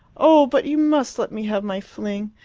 oh, but you must let me have my fling!